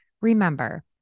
Remember